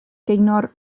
gaynor